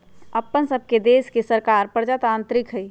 अप्पन सभके देश के सरकार प्रजातान्त्रिक हइ